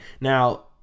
Now